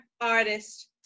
artist